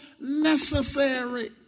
necessary